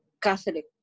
Catholic